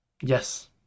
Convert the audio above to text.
Yes